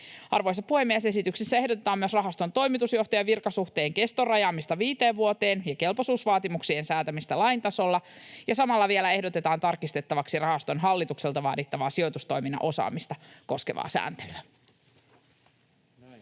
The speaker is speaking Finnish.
Arvoisa puhemies! Esityksessä ehdotetaan myös rahaston toimitusjohtajan virkasuhteen keston rajaamista viiteen vuoteen ja kelpoisuusvaatimuksien säätämistä lain tasolla, ja samalla vielä ehdotetaan tarkistettavaksi rahaston hallitukselta vaadittavaa sijoitustoiminnan osaamista koskevaa sääntelyä.